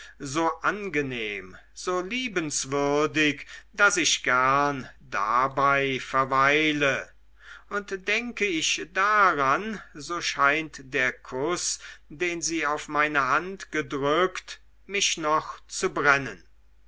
so angenehm so liebenswürdig daß ich gern dabei verweile und denke ich daran so scheint der kuß den sie auf meine hand gedrückt mich noch zu brennen